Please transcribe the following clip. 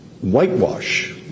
whitewash